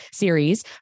series